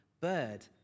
bird